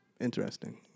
Interesting